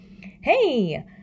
hey